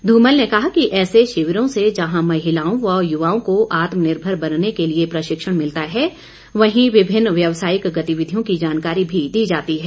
धूमल ने कहा कि ऐसे शिविरों से जहां महिलाओं व युवाओं को आत्मनिर्मर बनने के लिए प्रशिक्षण मिलता है वहीं विभिन्न व्यसायिक गतिविधियों की जानकारी भी दी जाती है